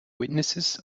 witnesses